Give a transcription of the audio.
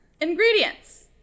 Ingredients